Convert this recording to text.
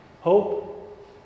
Hope